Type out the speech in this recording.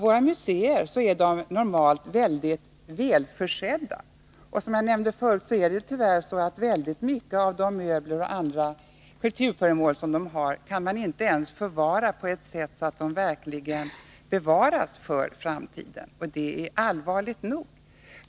Våra museer är normalt mycket välförsedda. Som jag förut nämnde kan de tyvärr inte alltid förvara alla de möbler och andra kulturföremål de har på ett sådant sätt att de verkligen bevaras för framtiden. Det är allvarligt nog.